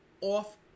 off